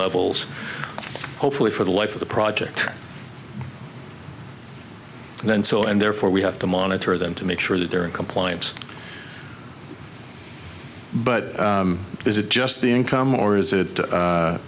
levels hopefully for the life of the project then so and therefore we have to monitor them to make sure that they're in compliance but is it just the income or is it